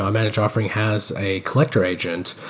um managed offering has a collector agent,